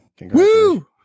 Woo